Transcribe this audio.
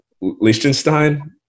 Liechtenstein